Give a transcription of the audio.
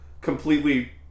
completely